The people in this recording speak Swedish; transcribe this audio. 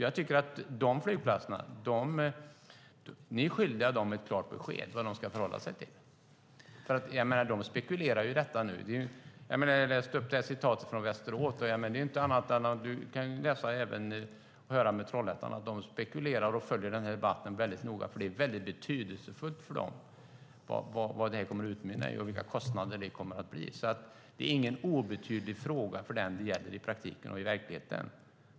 Jag tycker att ni är skyldiga dessa flygplatser ett klart besked om vad de ska förhålla sig till. De spekulerar ju i detta nu. Jag läste upp citatet från Västerås. Siv Holma kan höra även med Trollhättan. De spekulerar och följer den här debatten väldigt noga, för det är väldigt betydelsefullt för dem vad det här kommer att utmynna i och vilka kostnader det kommer att bli. Det är alltså ingen obetydlig fråga för dem det gäller i praktiken och i verkligheten.